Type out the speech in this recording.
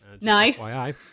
nice